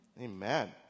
Amen